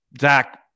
Zach